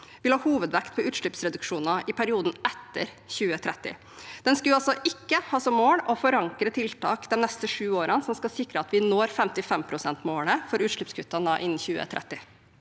vil ha hovedvekt på utslippsreduksjoner i perioden etter 2030. Den skulle altså ikke ha som mål å forankre tiltak de neste sju årene som skal sikre at vi når 55-prosentmålet for utslippskuttene innen 2030.